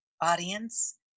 audience